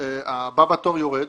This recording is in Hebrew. הבא בתור יורד.